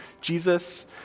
Jesus